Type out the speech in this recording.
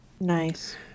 Nice